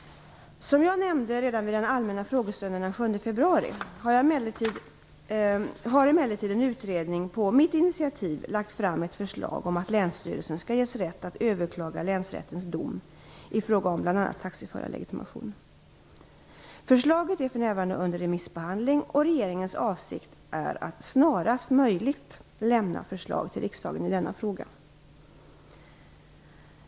Som jag nämnde redan vid den allmänna frågestunden den 7 februari har emellertid en utredning på mitt initiativ lagt fram ett förslag om att länsstyrelsen skall ges rätt att överklaga länsrättens dom i fråga om bl.a. taxiförarlegitimation. Förslaget är för närvarande under remissbehandling, och regeringens avsikt är att snarast möjligt lämna förslag till riksdagen i denna fråga.